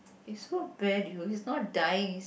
you so bad you he is not dying